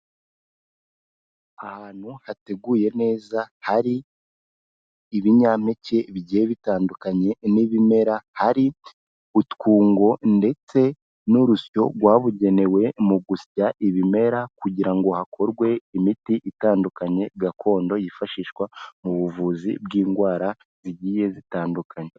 Ahantu hateguye neza, hari ibinyampeke bigiye bitandukanye n'ibimera; hari utwungo ndetse n'urusyo rwabugenewe mu gusya ibimera kugira ngo hakorwe imiti itandukanye gakondo, yifashishwa mu buvuzi bw'indwara zigiye zitandukanye.